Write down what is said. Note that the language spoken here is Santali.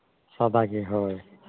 ᱥᱟᱫᱟ ᱜᱮ ᱦᱳᱭ